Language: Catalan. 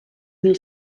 mil